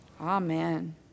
Amen